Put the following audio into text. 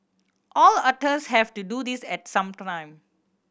all otters have to do this at some time